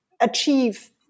achieve